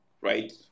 right